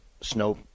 snow